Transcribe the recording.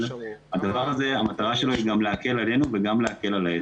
המטרה של זה היא להקל עלינו וגם להקל על העסק.